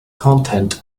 content